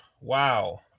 wow